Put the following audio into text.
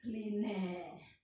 clean air